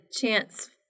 chance